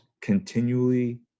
continually